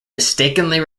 mistakenly